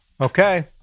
okay